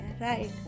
right